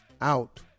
out